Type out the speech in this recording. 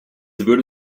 würde